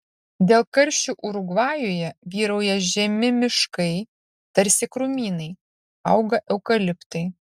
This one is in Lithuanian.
dėl karščių urugvajuje vyrauja žemi miškai tarsi krūmynai auga eukaliptai